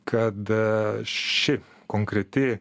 kad ši konkreti